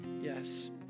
yes